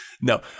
No